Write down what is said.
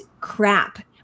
crap